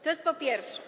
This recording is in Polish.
To jest po pierwsze.